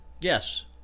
Yes